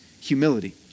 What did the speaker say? humility